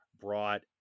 brought